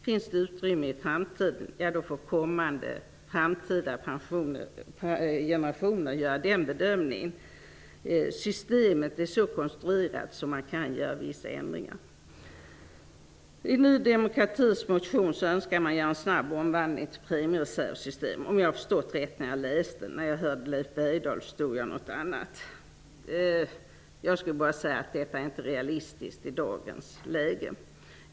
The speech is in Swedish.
När det gäller utrymme i framtiden, får kommande generationer göra den bedömningen. Systemet är så konstruerat att det går att göra vissa ändringar. I Ny demokratis motion önskar man att göra en snabb omvandling till premireservsystem, om jag har förstått saken rätt när jag läste motionen -- när jag hörde Leif Bergdahl förstod jag saken annorlunda. Detta är inte realistiskt i dagens läge.